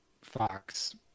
fox